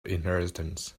inheritance